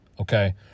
Okay